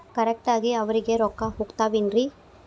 Correct ಆಗಿ ಅವರಿಗೆ ರೊಕ್ಕ ಹೋಗ್ತಾವೇನ್ರಿ?